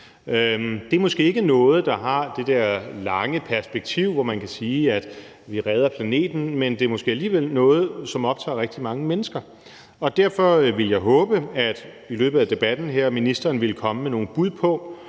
Det er måske ikke noget, der har det der lange perspektiv, hvor man kan sige, at vi redder planeten, men det er måske alligevel noget, som optager rigtig mange mennesker. Derfor vil jeg håbe, at ministeren i løbet af debatten her vil komme med nogle bud på,